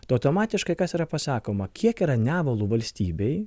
tai automatiškai kas yra pasakoma kiek yra nevalų valstybėj